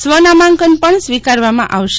સ્વનામાંકન પણ સ્વીકારવામાં આવશે